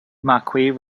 marquis